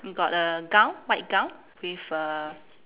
got a gown white gown with a